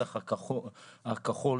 הנוסח הכחול